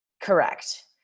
Correct